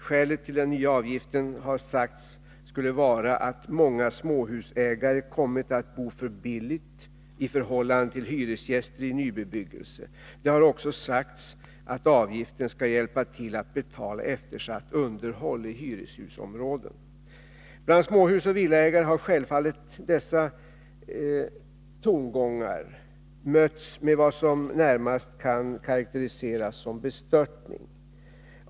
Skälet till den nya avgiften har uppgetts vara att många småhusägare kommit att bo för billigt i förhållande till hyresgäster i nybebyggelse. Det har också sagts att avgiften skall hjälpa till att betala eftersatt underhåll i hyreshusområden. , Bland småhusoch villaägare har dessa tongångar självfallet mötts med vad som närmast kan karakteriseras som bestörtning.